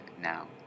now